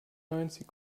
neunzig